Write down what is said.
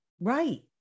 Right